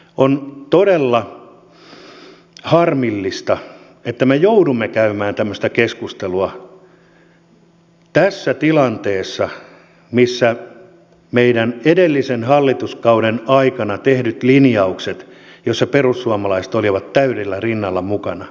on todella harmillista että me joudumme käymään tämmöistä keskustelua tässä tilanteessa missä meillä on edellisen hallituskauden aikana tehdyt linjaukset joissa perussuomalaiset olivat täysin rinnoin mukana